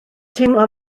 teimlo